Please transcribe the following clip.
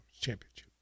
Championship